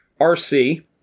RC